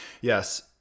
Yes